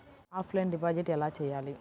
Offline deposit ఎలా చేయాలి?